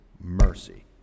mercy